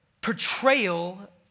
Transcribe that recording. portrayal